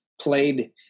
played